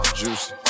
juicy